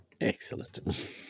Excellent